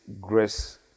grace